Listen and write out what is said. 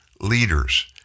leaders